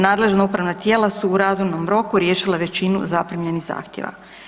Nadležna upravna tijela su u razumnom roku riješile većinu zaprimljenih zahtjeva.